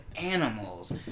animals